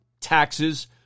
taxes